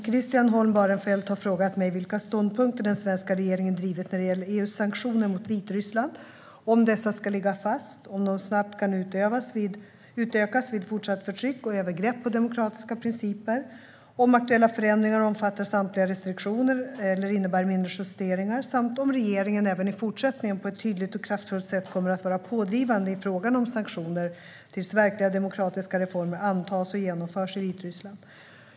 Christian Holm Barenfeld har frågat mig vilka ståndpunkter den svenska regeringen drivit när det gäller EU:s sanktioner mot Vitryssland, om dessa ska ligga fast, om de snabbt kan utökas vid fortsatt förtryck och övergrepp på demokratiska principer, om aktuella förändringar omfattar samtliga restriktioner eller innebär mindre justeringar samt om regeringen även i fortsättningen på ett tydligt och kraftfullt sätt kommer att vara pådrivande i fråga om sanktioner tills verkliga demokratiska reformer antas och genomförs i Vitryssland.